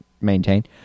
maintain